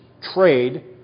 Trade